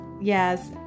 Yes